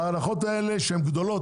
ההנחות האלה שהן גדולות,